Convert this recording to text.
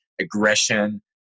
aggression